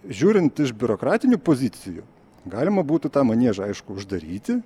žiūrint iš biurokratinių pozicijų galima būtų tą maniežą aišku uždaryti